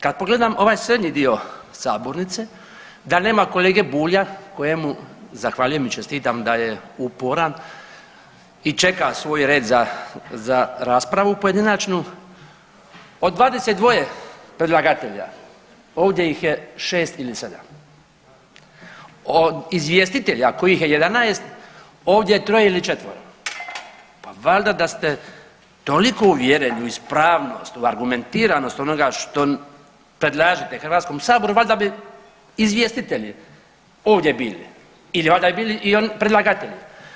Kad pogledam ovaj srednji dio sabornice da nema kolege Bulja kojemu zahvaljujem i čestitam da je uporan i čeka svoj red za raspravu pojedinačnu od 22 predlagatelja ovdje ih je 6 ili 7. Od izvjestitelja kojih je 11 ovdje je 3 ili 4. Pa valjda da ste toliko uvjereni u ispravnost, u argumentiranost onoga što predlažete Hrvatskom saboru valjda bi izvjestitelji ovdje bili i valjda bi bili predlagatelji.